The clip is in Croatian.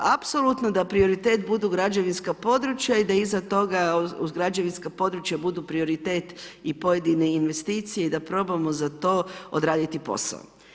Apsolutno da prioritet budu građevinska područja i da iza toga uz građevinska područja budu prioritet i pojedine investicije i da probamo za to odraditi posao.